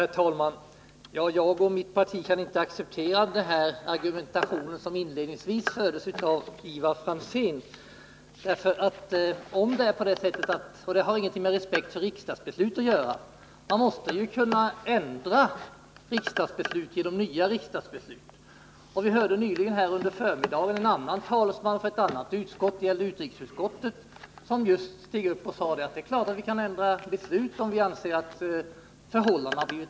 Herr talman! Jag och mitt parti kan inte acceptera den argumentation som inledningsvis fördes av Ivar Franzén. Det är inte alls tecken på bristande respekt för riksdagsbeslut att säga att man måste kunna ändra sådana genom nya riksdagsbeslut. Vi hörde under förmiddagen en talesman för ett annat utskott, nämligen utrikesutskottet, som sade att vi självfallet kan ändra ett riksdagsbeslut, om vi anser att förhållandena har förändrats.